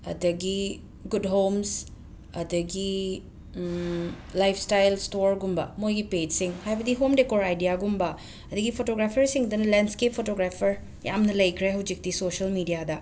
ꯑꯗꯒꯤ good homes ꯑꯗꯒꯤ lifestyle ꯁ꯭ꯇꯣꯔꯒꯨꯝꯕ ꯃꯣꯏ ꯄꯦꯖꯁꯤꯡ ꯍꯥꯏꯕꯗꯤ ꯍꯣꯝ ꯗꯦꯀꯣꯔ ꯑꯥꯏꯗꯤꯌꯥꯒꯨꯝꯕ ꯑꯗꯒꯤ ꯐꯣꯇꯣꯒ꯭ꯔꯥꯐꯔꯁꯤꯡꯗꯅ ꯂꯦꯟꯁ꯭ꯀꯦꯞ ꯐꯣꯇꯣꯒ꯭ꯔꯥꯐꯔ ꯌꯥꯝꯅ ꯂꯩꯈ꯭ꯔꯦ ꯍꯧꯖꯤꯛꯇꯤ ꯁꯣꯁꯤꯌꯦꯜ ꯃꯦꯗ꯭ꯌꯥꯗ